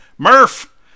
Murph